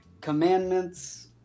commandments